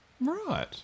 Right